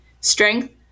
strength